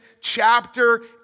chapter